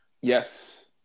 Yes